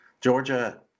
Georgia